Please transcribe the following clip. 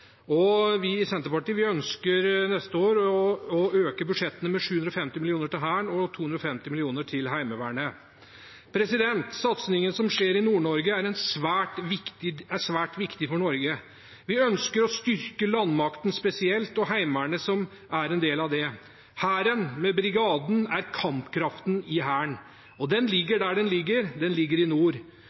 scenarioet. Vi i Senterpartiet ønsker neste år å øke budsjettene med 750 mill. kr. til Hæren og 250 mill. kr til Heimevernet. Satsingen som skjer i Nord-Norge, er svært viktig for Norge. Vi ønsker å styrke landmakten spesielt – og Heimevernet, som er en del av det. Brigaden, som er kampkraften i Hæren, ligger der den ligger – den ligger i nord.